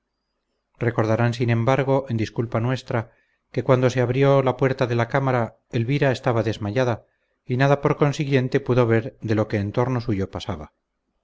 recordarán sin embargo en disculpa nuestra que cuando se abrió la puerta de la cámara elvira estaba desmayada y nada por consiguiente pudo ver de lo que en torno suyo pasaba